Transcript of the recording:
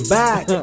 back